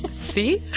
see?